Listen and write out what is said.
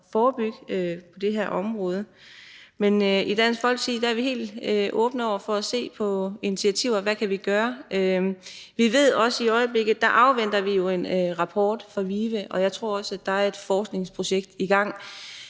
at forebygge på det her område, og i Dansk Folkeparti er vi helt åbne over for at se på initiativer til, hvad vi kan gøre. I øjeblikket afventer vi jo også en rapport fra VIVE, og jeg tror også, der er et forskningsprojekt i gang.